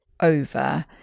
over